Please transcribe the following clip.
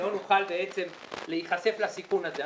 שלא נוכל להיחשף לסיכון הזה,